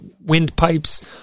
windpipes